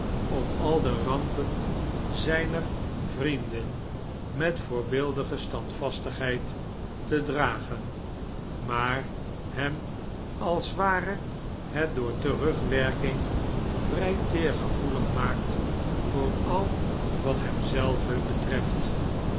om al de rampen zijner vrienden met voorbeeldige standvastigheid te dragen maar hem als ware het door terugwerking vrij teergevoelig maakt voor al wat hem zelven betreft